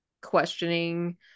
questioning